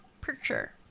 Picture